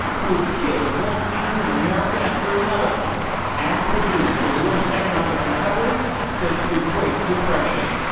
who have killed one innocent american after another and produced the worst economic recovery since the great depression.